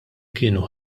kienu